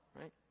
right